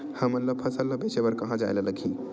हमन ला फसल ला बेचे बर कहां जाये ला लगही?